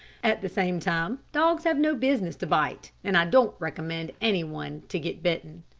at the same time dogs have no business to bite, and i don't recommend any one to get bitten.